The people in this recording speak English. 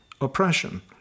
oppression